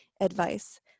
advice